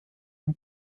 den